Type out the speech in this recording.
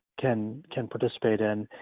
can can participate in.